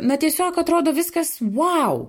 na tiesiog atrodo viskas vau